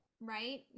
right